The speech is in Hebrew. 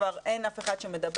כבר אין אף אחד שמדבר,